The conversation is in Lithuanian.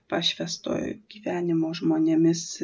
pašvęstojo gyvenimo žmonėmis